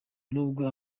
nubwo